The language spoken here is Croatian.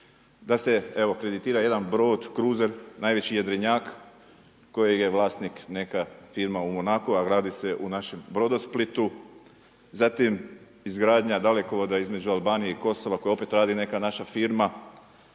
da se evo kreditira jedan brod, kruzer, najveći jedrenjak kojeg je vlasnik neka firma u Monaku a gradi se u našem Brodosplitu. Zatim, izgradnja dalekovoda između Albanije i Kosova kojeg opet radi neka naša firma.